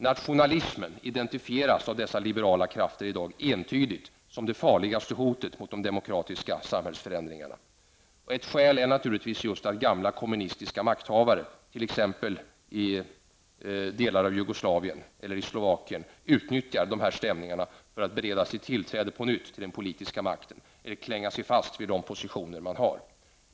Nationalismen identifieras av dessa liberala krafter i dag entydigt som det farligaste hotet mot de demokratiska samhällsförändringarna. Ett skäl är naturligtvis just att gamla kommunistiska makthavare, t.ex. i delar av Jugoslavien eller i Slovakien, utnyttjar dessa stämningar för att på nytt bereda sig tillträde till den politiska makten eller klänga sig fast vid de positioner de har.